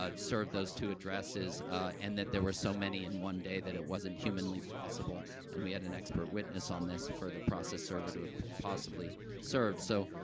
ah served those two addresses and that there were so many in one day that it wasn't humanly possible and we had an expert witness on this for the process server to have possibly served. so,